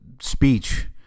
speech